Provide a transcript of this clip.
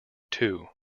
two